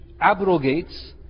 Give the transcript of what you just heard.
abrogates